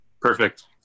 perfect